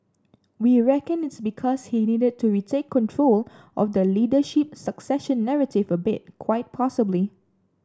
we reckon it's because he needed to retake control of the leadership succession narrative a bit quite possibly